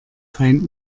feind